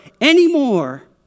anymore